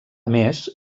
més